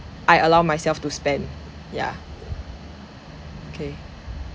I allow myself to spend yeah okay